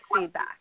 feedback